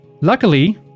Luckily